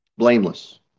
blameless